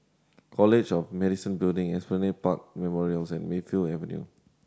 College of Medicine Building Esplanade Park Memorials and Mayfield Avenue